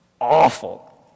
Awful